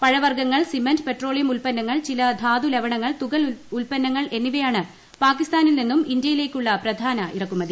പഴവർഗങ്ങൾ cement petroleum ഉൽപ്പന്നങ്ങൾ ചില ധാതു ലവണങ്ങൾ തുകൽ ഉൽപ്പന്നങ്ങൾ എന്നിവയാണ് പാകിസ്ഥാനിൽ നിന്നും ഇന്ത്യയിലേക്കുള്ള പ്രധാന ഇറക്കുമതി